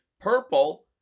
purple